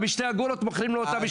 היום.